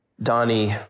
Donnie